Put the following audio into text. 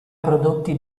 prodotti